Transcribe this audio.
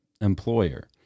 employer